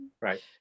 right